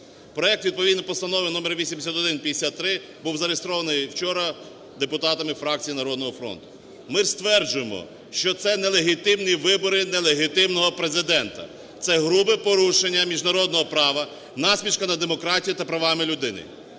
Проект відповідної Постанови № 8153 був зареєстрований вчора депутатами фракції "Народного фронту". Ми стверджуємо, що це нелегітимні вибори нелегітимного Президента, це грубе порушення міжнародного права, насмішка над демократією та правами людини.